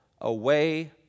away